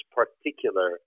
particular